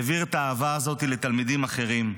והוא העביר את האהבה הזאת לתלמידים אחרים.